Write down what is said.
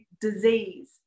disease